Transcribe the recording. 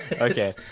okay